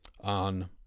on